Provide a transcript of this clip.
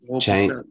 Change